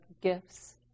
gifts